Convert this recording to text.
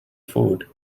food